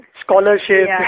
Scholarship